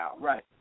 Right